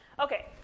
Okay